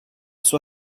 sua